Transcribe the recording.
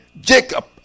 Jacob